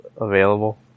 available